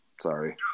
Sorry